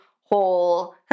whole